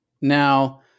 Now